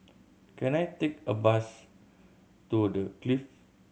can I take a bus to The Clift